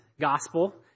gospel